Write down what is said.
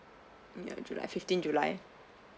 mm yeah july fifteenth july